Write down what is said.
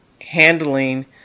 handling